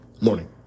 Morning